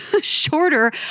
shorter